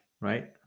right